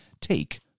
take